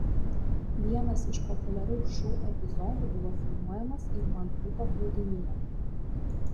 vienas iš populiaraus šou epizodų buvo filmuojamas ir malibu paplūdimyje